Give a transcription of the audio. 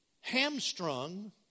hamstrung